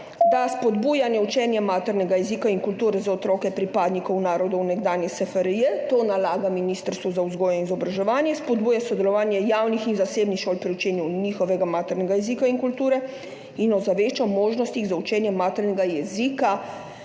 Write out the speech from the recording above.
da spodbujanje učenja maternega jezika in kulture za otroke pripadnikov narodov nekdanje SFRJ, to nalaga Ministrstvu za vzgojo in izobraževanje, spodbuja sodelovanje javnih in zasebnih šol pri učenju njihovega maternega jezika in kulture in ozavešča o možnostih za učenje maternega jezika